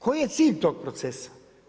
Koji je cilj tog procesa?